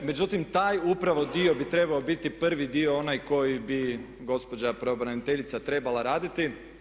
Međutim, taj upravo dio bi trebao biti prvi dio onaj koji bi gospođa pravobraniteljica trebala raditi.